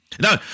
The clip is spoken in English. No